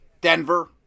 Denver